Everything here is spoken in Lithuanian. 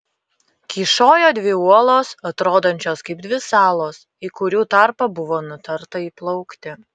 kyšojo dvi uolos atrodančios kaip dvi salos į kurių tarpą buvo nutarta įplaukti